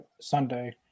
Sunday